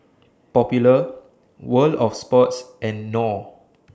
Popular World of Sports and Knorr